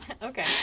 Okay